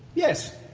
yes.